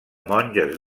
monges